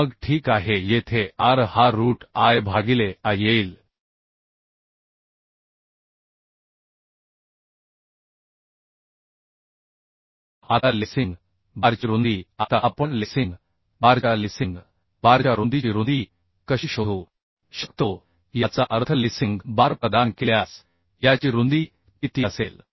मग ठीक आहे येथे R हा रूट I भागिले A येईल आता लेसिंग बारची रुंदी आता आपण लेसिंग बारच्या लेसिंग बारच्या रुंदीची रुंदी कशी शोधू शकतो याचा अर्थ लेसिंग बार प्रदान केल्यास याची रुंदी किती असेल